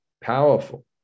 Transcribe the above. powerful